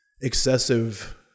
excessive